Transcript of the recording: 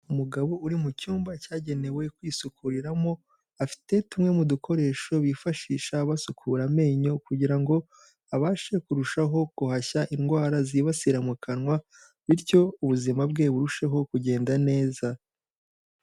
Umugabo uri mu cyumba cyagenewe kwisukurimo afite tumwe mu dukoresho bifashisha basukura amenyo kugira ngo abashe kurushaho guhashya indwara zibasira mu kanwa bityo ubuzima bwe burusheho kugenda neza.